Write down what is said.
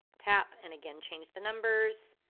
tap and again change the numbers.